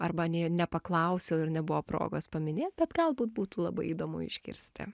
arba nė nepaklausiau ir nebuvo progos paminėt bet galbūt būtų labai įdomu išgirsti